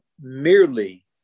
merely